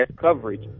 coverage